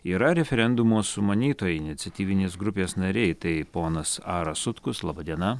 yra referendumo sumanytojai iniciatyvinės grupės nariai tai ponas aras sutkus laba diena